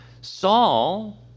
Saul